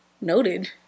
Noted